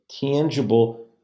tangible